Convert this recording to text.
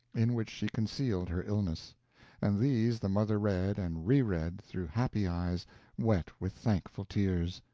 in which she concealed her illness and these the mother read and reread through happy eyes wet with thankful tears,